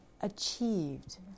achieved